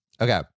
Okay